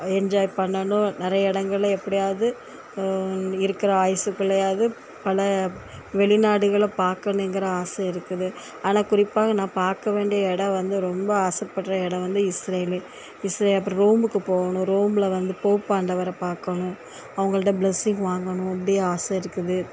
enjoy பண்ணணும் நெறைய இடங்கள எப்படியாவது இருக்கிற ஆயுசுக்குள்ளயாது பல வெளிநாடுகளை பார்க்கணுங்கிற ஆசை இருக்குது ஆனால் குறிப்பாக நான் பார்க்க வேண்டிய இடம் வந்து ரொம்ப ஆசைப்படுற இடம் வந்து இஸ்ரேல் இஸ்ரேல் அப்புறம் ரோமுக்கு போகணும் ரோமில் வந்து போப் ஆண்டவரை பார்க்கணும் அவங்கள்ட ப்ளெஸ்ஸிங் வாங்கணும் அப்படி ஆசை இருக்குது